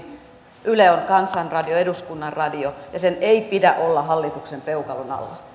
yle on kansan radio eduskunnan radio ja sen ei pidä olla hallituksen peukalon alla